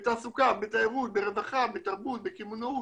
בתעסוקה, בתיירות, רווחה, תרבות, קמעונאות,